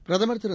பிரதமர் திரு